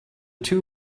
two